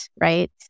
right